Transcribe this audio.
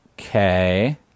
Okay